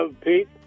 Pete